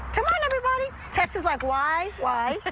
come on, everybody. tex is like why, why? but